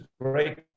great